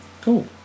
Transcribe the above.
Cool